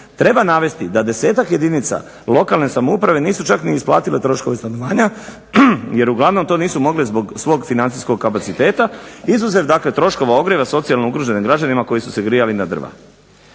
Treba navesti da 10-ak jedinica lokalne samouprave nisu čak ni isplatile troškove stanovanja, jer uglavnom to nisu mogle zbog svog financijskog kapaciteta, izuzev dakle troškova ogrjeva socijalno ugroženim građanima koji su se grijali na drva.